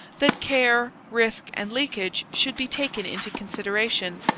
that care, risk, and leakage should be taken into consideration,